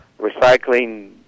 Recycling